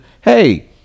hey